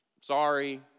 sorry